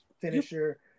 finisher